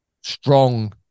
strong